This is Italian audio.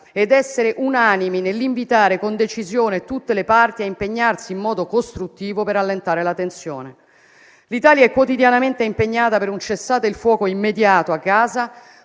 ed essere unanimi nell'invitare con decisione tutte le parti a impegnarsi in modo costruttivo per allentare la tensione. L'Italia è quotidianamente impegnata per un cessate il fuoco immediato a Gaza,